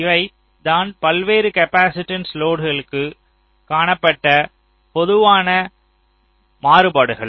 இவை தான் பல்வேறு காப்பாசிட்டன்ஸ் லோடுகளுக்கு காணப்பட்ட பொதுவான மாறுபாடுகள்